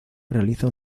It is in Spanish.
realiza